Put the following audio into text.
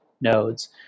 nodes